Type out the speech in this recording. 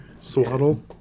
Swaddle